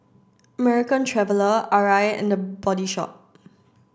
American Traveller Arai and The Body Shop